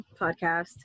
podcast